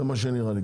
זה מה שנראה לי.